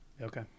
Okay